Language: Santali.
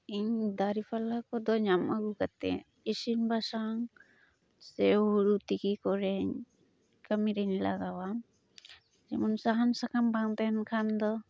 ᱤᱧ ᱫᱟᱨᱤᱯᱟᱞᱟ ᱠᱚᱫᱚ ᱧᱟᱢ ᱟᱹᱜᱩ ᱠᱟᱛᱮᱫ ᱤᱥᱤᱱ ᱵᱟᱥᱟᱝ ᱥᱮ ᱦᱩᱲᱩ ᱛᱤᱠᱤ ᱠᱚᱨᱮ ᱠᱟᱹᱢᱤᱨᱮᱧ ᱞᱟᱜᱟᱣᱟ ᱥᱟᱦᱟᱱ ᱥᱟᱠᱟᱢ ᱵᱟᱝ ᱛᱟᱦᱮᱱ ᱠᱷᱟᱱᱫᱚ